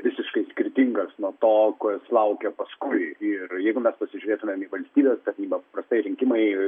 visiškai skirtingas nuo to kas laukia paskui ir jeigu mes pasižiūrėtumėm į valstybės tarnybą paprastai rinkimai